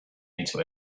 into